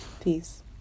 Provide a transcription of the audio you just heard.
Peace